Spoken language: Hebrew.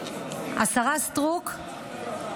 השרה סטרוק,